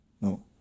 No